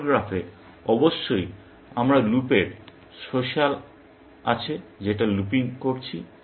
OR গ্রাফে অবশ্যই আমরা লুপ এর সোশ্যাল আছে যেটা লুপিং করছি